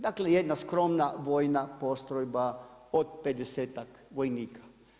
Dakle, jedna skromna vojna postrojba od 50-tak vojnika.